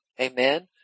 Amen